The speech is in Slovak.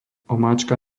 omáčka